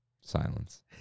Silence